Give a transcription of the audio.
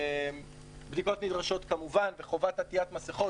בדיקות נדרשות, כמובן, וחובת עטית מסיכות.